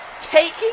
taking